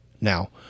now